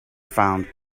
found